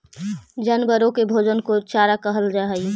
जानवरों के भोजन को चारा कहल जा हई